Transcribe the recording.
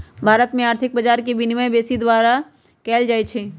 भारत में आर्थिक बजार के विनियमन सेबी द्वारा कएल जाइ छइ